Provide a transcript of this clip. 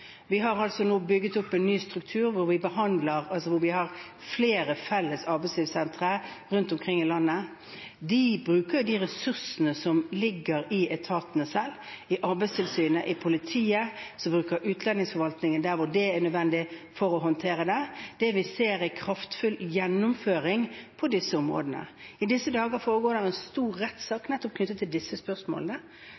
Vi har nå bygget opp en ny struktur hvor vi har flere felles arbeidslivssentre rundt omkring i landet. De bruker de ressursene som ligger i etatene selv, i Arbeidstilsynet, i politiet og i utlendingsforvaltningen der hvor det er nødvendig for å håndtere dette. Det vi ser, er kraftfull gjennomføring på disse områdene. I disse dager foregår det en stor rettssak